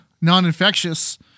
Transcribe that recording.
non-infectious